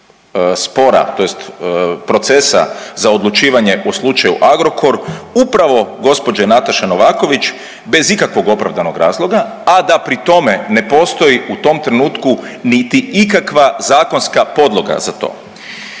spora tj. procesa za odlučivanje u slučaju Agrokor upravo gospođe Nataše Novaković bez ikakvog opravdanog razloga, a da pri tome ne postoji u tom trenutku niti ikakva zakonska podloga za to.